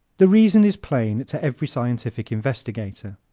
the reason is plain to every scientific investigator.